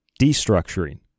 destructuring